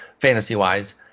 fantasy-wise